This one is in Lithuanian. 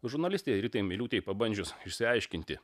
žurnalistei ritai miliūtei pabandžius išsiaiškinti